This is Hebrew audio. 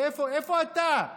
ואיפה אתה,